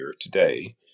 today